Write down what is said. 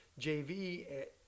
JV